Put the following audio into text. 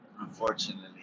unfortunately